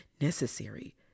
necessary